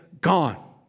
gone